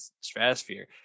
stratosphere